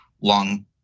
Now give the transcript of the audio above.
long